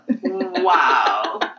Wow